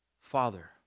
father